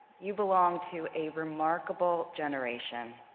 you belong to a remarkable generation.